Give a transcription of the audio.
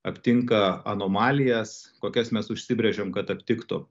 aptinka anomalijas kokias mes užsibrėžiam kad aptiktų